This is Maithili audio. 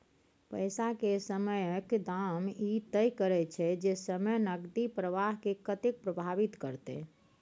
पैसा के समयक दाम ई तय करैत छै जे समय नकदी प्रवाह के कतेक प्रभावित करते